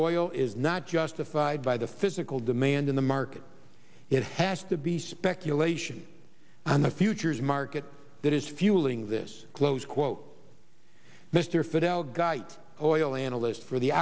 oil is not justified by the physical demand in the market it has to be speculation on the futures market that is fueling this close quote mr fidell guy oil analyst for the